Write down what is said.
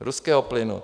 Ruského plynu!